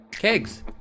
Kegs